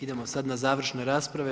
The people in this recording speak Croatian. Idemo sad na završne rasprave.